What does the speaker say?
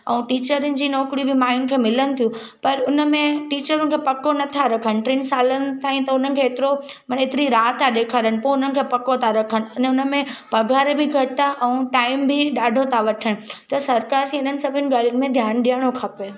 ऐं टीचरनि जी नौकिरियूं बि माइयुनि खे मिलनि थियूं पर उनमें टीचरुनि जो पको नथा रखनि टिनि सालनि ताईं त उन्हनि खे एतिरो माना एतिरी राह था ॾेखारनि पोइ उन्हनि खे पको नथा रखनि उनमें पगार बि घटि आहे ऐं टाइम बि ॾाढो था वठनि त सरकार जी इन्हनि सभिनि ॻाल्हियुनि में ध्यानु ॾेयणो खपे